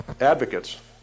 Advocates